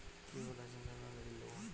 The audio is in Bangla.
কিভাবে লাইসেন্স রেনুয়ালের বিল দেবো?